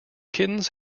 kittens